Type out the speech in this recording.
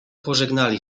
pożegnali